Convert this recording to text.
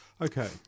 Okay